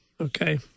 Okay